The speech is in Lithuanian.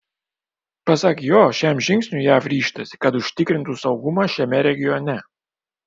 pasak jo šiam žingsniui jav ryžtasi kad užtikrintų saugumą šiame regione